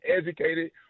educated